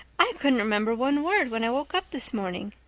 i couldn't remember one word when i woke up this morning.